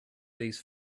these